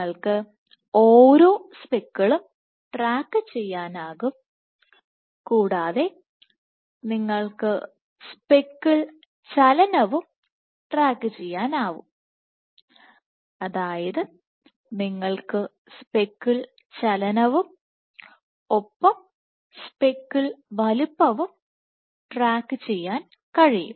നിങ്ങൾക്ക് ഓരോ സ്പിക്കിളും ട്രാക്കു ചെയ്യാനാകും കൂടാതെ നിങ്ങൾക്ക് സ്പെക്കിൾ ചലനവും ട്രാക്ക് ചെയ്യാനാകും അതായത് നിങ്ങൾക്ക് സ്പെക്കിൾ ചലനവും ഒപ്പം സ്പെക്കിൾ വലുപ്പം ട്രാക്കു ചെയ്യാൻ കഴിയും